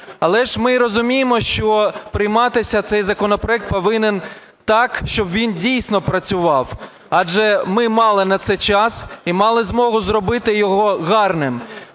Але ж ми розуміємо, що прийматися цей законопроект повинен так, щоб він дійсно працював. Адже ми мали на це час і мали змогу зробити його гарним.